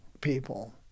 people